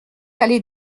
allée